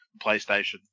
PlayStation